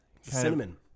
cinnamon